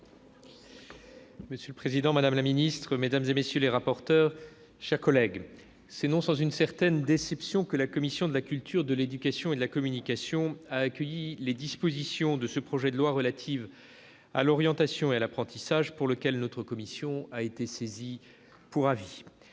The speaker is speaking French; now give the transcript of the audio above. Monsieur le président, madame la ministre, mesdames, messieurs les rapporteurs, mes chers collègues, c'est non sans une certaine déception que la commission de la culture, de l'éducation et de la communication a accueilli les dispositions de ce projet de loi relatives à l'orientation et à l'apprentissage, sur lesquelles nous avons été saisis pour avis.